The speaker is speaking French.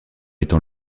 étant